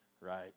right